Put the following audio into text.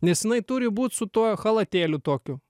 nes inai turi būt su tuo chalatėliu tokiu